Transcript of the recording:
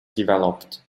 developed